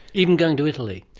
even going to italy?